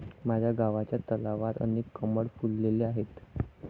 माझ्या गावच्या तलावात अनेक कमळ फुलले आहेत